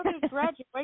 graduation